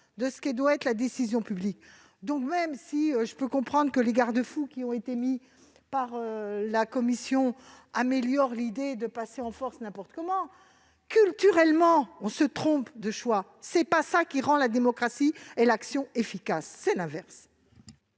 force de la décision publique ! Par conséquent, même si je peux comprendre que les garde-fous qui ont été prévus par la commission améliorent l'idée de passer en force n'importe comment, culturellement, on se trompe de choix. Ce n'est pas cela qui rend la démocratie et l'action efficaces, c'est l'inverse